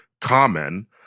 Common